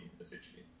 essentially